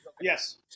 Yes